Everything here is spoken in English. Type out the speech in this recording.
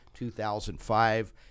2005